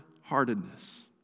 heartedness